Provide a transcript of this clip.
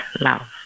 love